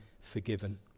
forgiven